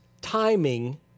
timing